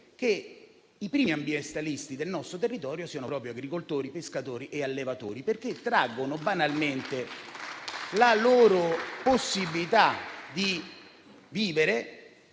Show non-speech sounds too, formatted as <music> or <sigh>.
che i primi ambientalisti del nostro territorio siano proprio agricoltori, pescatori e allevatori, <applause> perché traggono banalmente la loro possibilità di vivere